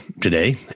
today